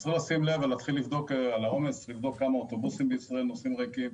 אז צריך לשים לב ולבדוק כמה אוטובוסים בישראל נוסעים ריקים,